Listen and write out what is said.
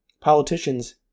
politicians